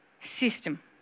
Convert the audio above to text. System